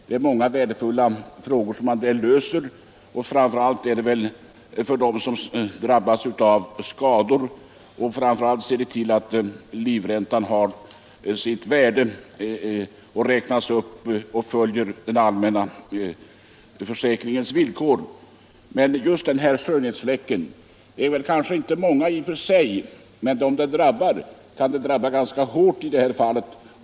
Det är många frågor som där löses på ett förtjänstfullt sätt. Framför allt gäller det den som drabbas av skador. Först och främst ser man till att livräntan får behålla sitt värde genom att den räknas upp och följer den allmänna försäkringens villkor. Men borttagandet av efterlevandeskyddet för änkor tycker jag är en skönhetsfläck. Det gäller kanske inte många i och för sig, men de som drabbas kan drabbas ganska hårt.